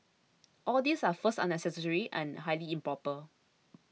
all these are first unnecessary and highly improper